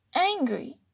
Angry